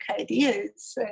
ideas